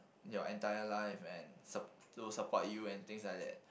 your entire life and sup~ to support you and things like that